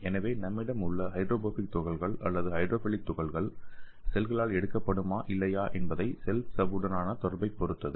எனவே நம்மிடம் உள்ள ஹைட்ரோபோபிக் துகள்கள் அல்லது ஹைட்ரோஃபிலிக் துகள்கள் செல்களால் எடுக்கப்படுமா இல்லையா என்பது செல் சவ்வுடனான தொடர்பைப் பொறுத்தது